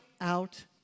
out